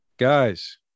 Guys